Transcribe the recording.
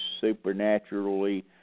supernaturally